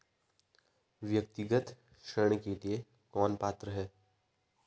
व्यक्तिगत ऋण के लिए कौन पात्र है?